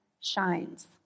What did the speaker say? shines